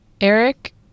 Eric